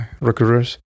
recruiters